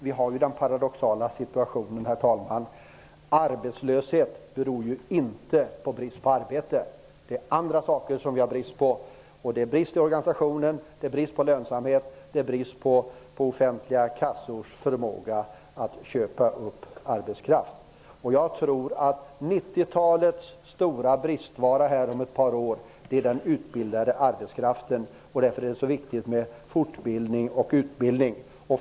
Vi har den paradoxala situationen, herr talman, att arbetslöshet inte beror på brist på arbete. Det är andra saker vi har brist på: brist i organisationen, brist på lönsamhet, brist på offentliga kassors förmåga att köpa upp arbetskraft. Jag tror att 1990-talets stora bristvara om ett par år kommer att vara den utbildade arbetskraften. Därför är det så viktigt med fortbildning och utbildning.